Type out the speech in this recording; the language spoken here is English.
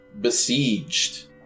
Besieged